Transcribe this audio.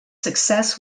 success